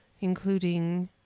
including